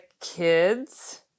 kids